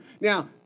Now